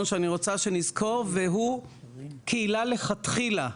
שאני רוצה שנזכור והוא קהילה לכתחילה.